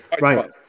Right